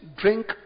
drink